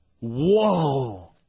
Whoa